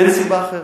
אין סיבה אחרת.